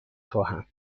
خواهم